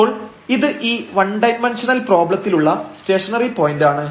അപ്പോൾ ഇത് ഈ വൺ ഡയമെൻഷണൽ പ്രോബ്ലത്തിലുള്ള സ്റ്റേഷനറി പോയന്റാണ്